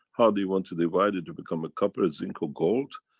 how do you want to divide it to become a copper, zinc or gold?